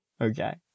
Okay